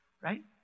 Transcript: right